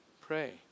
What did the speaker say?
Pray